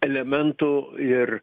elementų ir